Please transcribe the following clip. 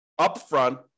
upfront